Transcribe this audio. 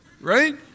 right